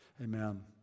Amen